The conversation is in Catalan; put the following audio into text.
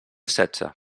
setze